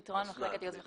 פורמליות של הליך